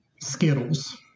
Skittles